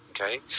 okay